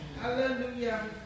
Hallelujah